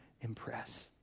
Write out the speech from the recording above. impress